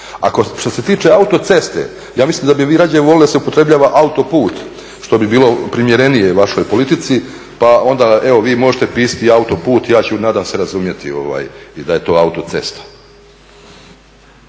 A što se tiče autoceste, ja mislim da bi vi rađe voljeli da se upotrebljava autoput što bi bilo primjerenije vašoj politici, pa onda možete onda pisati i autoput ja ću nadam se razumjeti da je to autocesta.